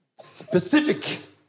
specific